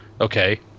okay